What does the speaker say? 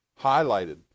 highlighted